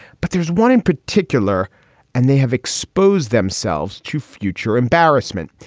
but there's one in particular and they have exposed themselves to future embarrassment.